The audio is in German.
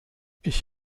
ich